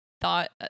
thought